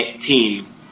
team